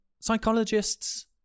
psychologists